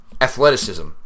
athleticism